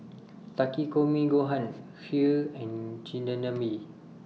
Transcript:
Takikomi Gohan Kheer and Chigenabe